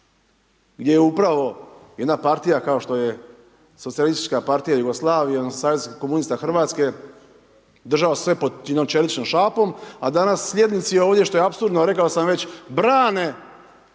gdje je upravo jedna partija kao što je Socijalistička partije Jugoslavije odnosno Savez komunista Hrvatske držao sve pod jednom čeličnom šapom, a danas slijednici ovdje što je apsurdno, rekao sam već, brane